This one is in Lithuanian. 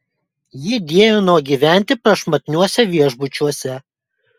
ji dievino gyventi prašmatniuose viešbučiuose